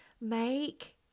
Make